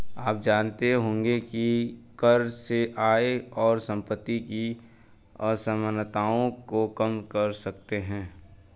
आप जानते होंगे की कर से आय और सम्पति की असमनताओं को कम कर सकते है?